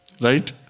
Right